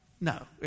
No